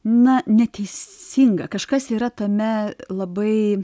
na neteisinga kažkas yra tame labai